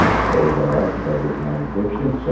ah phrase i like since i've written on addiction. so